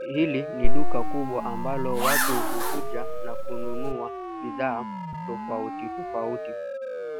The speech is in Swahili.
Hili ni duka kubwa ambalo watu hukuja na kununua bidhaa tofauti tofauti.